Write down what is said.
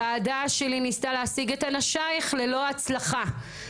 ועדה שלי ניסתה להשיג את אנשייך ללא הצלחה.